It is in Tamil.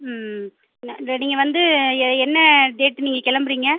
ம் நான் நீங்கள் வந்து எ என்ன டேட் நீங்கள் கிளம்புறீங்க